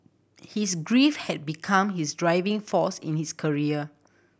his grief had become his driving force in his career